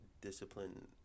discipline